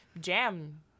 Jam